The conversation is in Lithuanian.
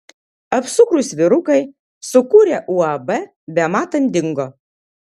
apsukrūs vyrukai sukūrę uab bematant dingo